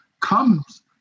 comes